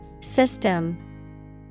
system